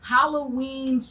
Halloween